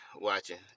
watching